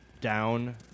down